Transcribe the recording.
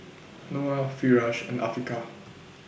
Noah Firash and Afiqah